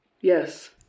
Yes